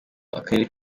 akarere